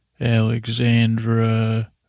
Alexandra